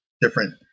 different